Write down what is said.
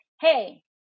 hey